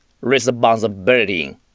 Responsibility